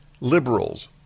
liberals